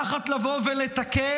תחת לבוא ולתקן,